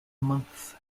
months